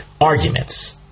arguments